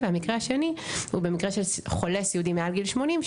והמקרה השני הוא במקרה של חולה סיעודי מעל גיל שמונים,